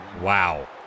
Wow